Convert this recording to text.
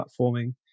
platforming